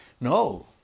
no